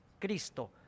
Cristo